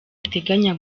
ateganya